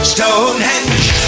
Stonehenge